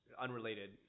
unrelated